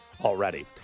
already